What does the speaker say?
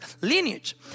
lineage